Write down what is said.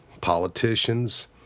politicians